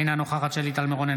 אינה נוכחת שלי טל מירון,